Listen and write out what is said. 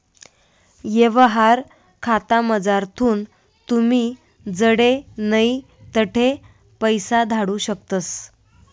यवहार खातामझारथून तुमी जडे नै तठे पैसा धाडू शकतस